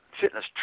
fitness